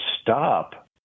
stop